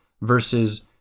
versus